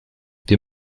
wir